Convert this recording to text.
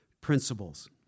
principles